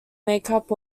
makeup